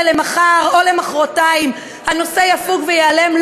למחר או למחרתיים הנושא יפוג וייעלם,